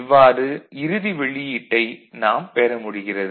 இவ்வாறு இறுதி வெளியீட்டை நாம் பெற முடிகிறது